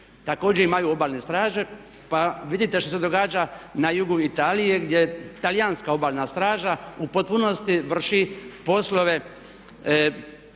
također imaju Obalne straže pa vidite što se događa na jugu Italije gdje Talijanska obalna straža u potpunosti vrši poslove